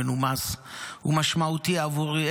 מנומס ומשמעותי עבורי?